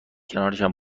کنارشان